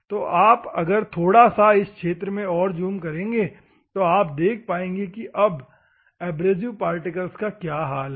तो आप अगर थोड़ा सा इस क्षेत्र में और ज़ूम करेंगे तो आप देख पाएंगे कि अब एब्रेसिव पार्टिकल्स का क्या हाल है